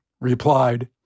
replied